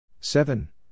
seven